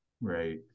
Right